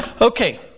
Okay